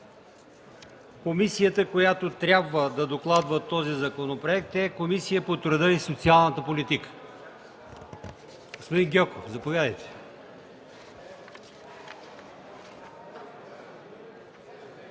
Комисията, която трябва да докладва този законопроект, е Комисията по труда и социалната политика. Господин Гьоков, заповядайте.